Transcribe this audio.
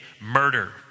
murder